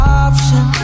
option